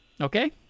Okay